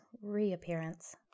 reappearance